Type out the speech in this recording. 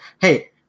Hey